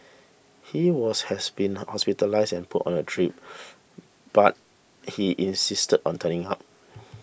he was has been hospitalised and put on a drip but he insisted on turning up